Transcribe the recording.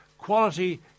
quality